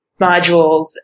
modules